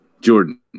Jordan